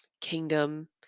kingdom